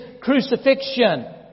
crucifixion